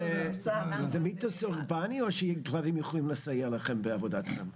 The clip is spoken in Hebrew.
זה מיתוס אורבני או שדברים יכולים לסייע לכם בעבודה שלכם.